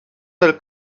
del